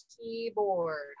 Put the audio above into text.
keyboard